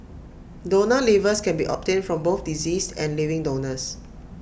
donor livers can be obtained from both deceased and living donors